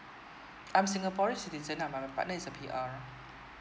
I'm singaporean citizen uh but my partner is a P_R